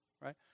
right